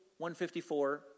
154